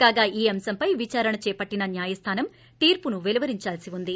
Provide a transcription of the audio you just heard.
కాగా ఈ అంశంపై విదారణ చేపట్టిన న్యాయస్థానం తీర్పును పెలువరించాల్సి ఉంది